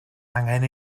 angen